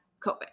COVID